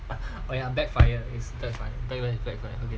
oh ya backfire is the